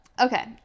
okay